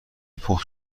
پخته